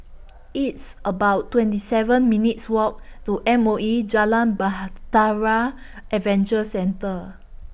It's about twenty seven minutes' Walk to M O E Jalan Bahtera Adventure Centre